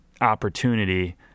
opportunity